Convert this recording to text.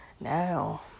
Now